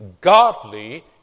godly